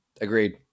agreed